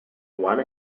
one